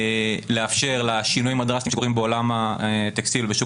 לאפשר לשינויים הדרסטיים שקורים בעולם הטקסטיל בשוק